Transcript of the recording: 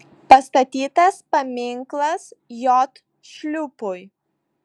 pastatytas paminklas j šliūpui